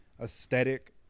aesthetic